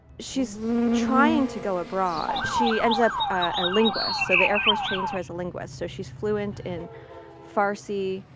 she's trying to go abroad. she ends up a linguist. so, the air force trains her as a linguist. so she's fluent in farsi,